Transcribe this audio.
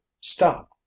stop